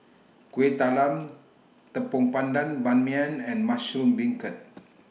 Kuih Talam Tepong Pandan Ban Mian and Mushroom Beancurd